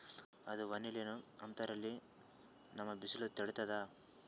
ಅದು ವನಿಲಾ ಏನೋ ಅಂತಾರಲ್ರೀ, ನಮ್ ಬಿಸಿಲ ತಡೀತದಾ?